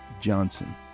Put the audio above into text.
Johnson